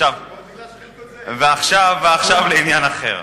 ועכשיו לעניין אחר.